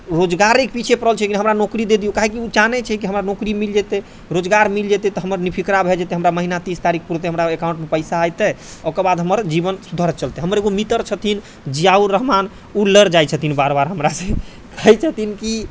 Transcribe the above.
रोजगारेके पीछे पड़ल छै कि हमरा नौकरी दे दियौ काहेकि उ जानै छै कि हमर नौकरी मिल जेतै रोजगार मिल जेतै तऽ हमर निफिकिरा भऽ जेतै हमरा महीना तीस तारिक पुरतै हमरा एकाउन्टमे पैसा अते ओकर बाद हमर जीवन सुधरि चलतै हमर एगो मित्र छथिन जियाउ रहमान उ लड़ जाइ छथिन बार बार हमरा से कहै छथिन कि